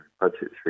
budgetary